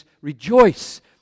rejoice